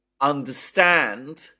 understand